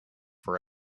for